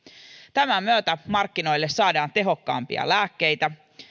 tämän myötä markkinoille saadaan tehokkaampia lääkkeitä